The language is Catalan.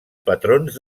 patrons